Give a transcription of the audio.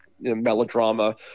melodrama